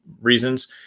reasons